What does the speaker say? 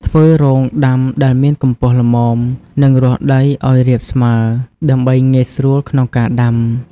ធ្វើរងដាំដែលមានកម្ពស់ល្មម និងរាស់ដីឱ្យរាបស្មើ ដើម្បីងាយស្រួលក្នុងការដាំ។